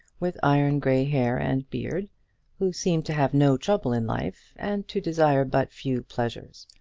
with iron-grey hair and beard who seemed to have no trouble in life, and to desire but few pleasures.